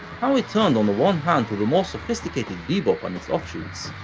how it turned on the one hand to the more sophisticated bebop and its offshoots,